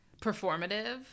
performative